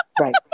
right